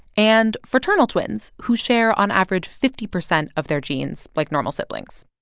and fraternal twins, who share, on average, fifty percent of their genes, like normal siblings.